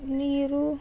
ನೀರು